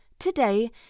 today